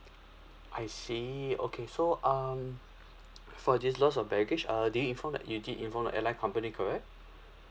I see okay so um for this loss of baggage uh did you inform you did inform the airline company correct